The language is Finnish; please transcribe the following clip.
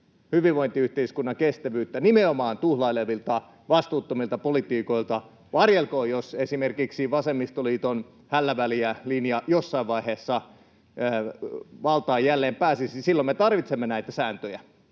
hyvinvointiyhteiskunnan kestävyyttä nimenomaan tuhlailevilta, vastuuttomilta politiikoilta. Varjelkoon, jos esimerkiksi vasemmistoliiton hällä väliä -linja jossain vaiheessa valtaan jälleen pääsisi. Silloin me tarvitsemme näitä sääntöjä.